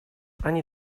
они